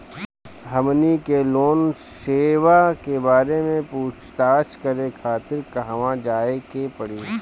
हमनी के लोन सेबा के बारे में पूछताछ करे खातिर कहवा जाए के पड़ी?